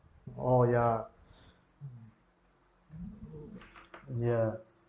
oh ya ya